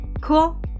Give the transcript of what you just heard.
Cool